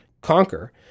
conquer